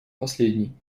последний